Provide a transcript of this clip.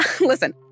listen